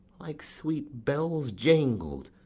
like sweet bells jangled,